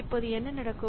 இப்போது என்ன நடக்கும்